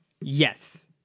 Yes